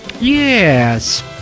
Yes